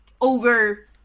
over